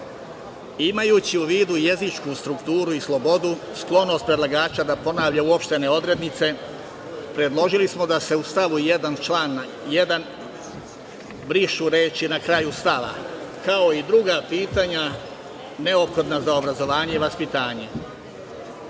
Imajući u vidu jezičku strukturu i slobodu, sklonost predlagača da ponavlja uopštene odrednice, predložili smo da se u stavu 1. člana 1. brišu reči, na kraju stava – kao i druga pitanja neophodna za obrazovanje i vaspitanje. Treba